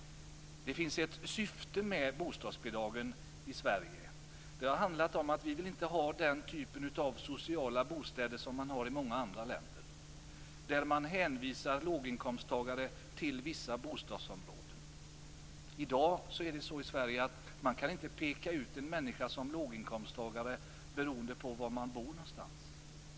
Det finns ett syfte med bostadsbidragen i Sverige. Det har handlat om att vi inte vill ha den typen av sociala bostäder som man har i många andra länder, där man hänvisar låginkomsttagare till vissa bostadsområden. I dag är det så i Sverige att man inte kan peka ut en människa som låginkomsttagare beroende på var människan bor någonstans.